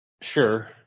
Sure